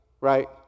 right